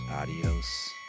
adios